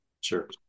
Sure